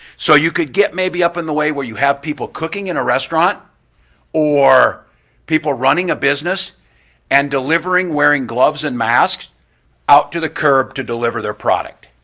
so you could get maybe up in the way where you have people cooking in a restaurant or people running a business and delivering, wearing gloves and masks out to the curb to deliver their product.